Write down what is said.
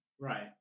Right